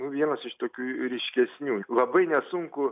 nu vienas iš tokių ryškesnių labai nesunku